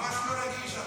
לא, ממש לא, ממש לא רגיש.